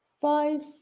five